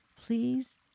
please